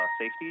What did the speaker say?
safety